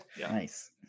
Nice